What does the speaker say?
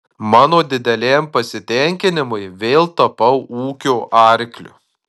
mano dideliam pasitenkinimui vėl tapau ūkio arkliu